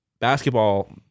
basketball